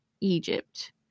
Egypt